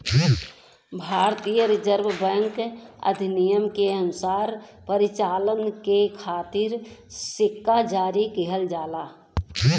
भारतीय reserve bank अधिनियम के अनुसार परिचालन के खातिर सिक्का जारी किहल जाला